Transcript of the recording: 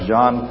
John